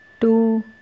two